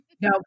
No